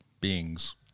beings